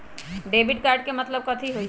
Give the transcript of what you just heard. Debit card के मतलब कथी होई?